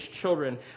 children